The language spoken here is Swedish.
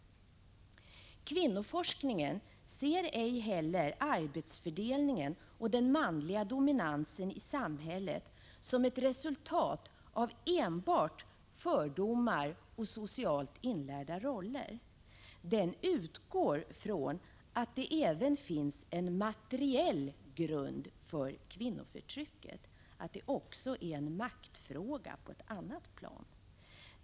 Kvinnoforskningen ser ej heller arbetsfördelningen och den manliga dominansen i samhället som ett resultat av enbart fördomar och socialt inlärda roller. Den utgår från att det även finns en materiell grund för kvinnoförtrycket, att det också handlar om en maktfråga på ett annat plan.